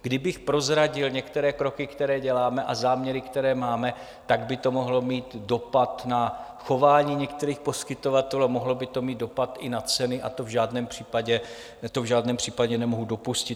Kdybych prozradil některé kroky, které děláme, a záměry, které máme, tak by to mohlo mít dopad na chování některých poskytovatelů, mohlo by to mít dopad i na ceny a to v žádném případě nemohu dopustit.